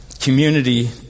community